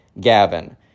Gavin